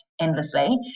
endlessly